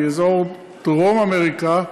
מאזור דרום-אמריקה,